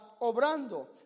obrando